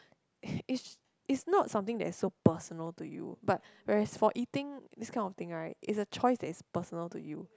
it's it's not something that's so personal to you but whereas for eating this kind of thing right is a choice that is personal to you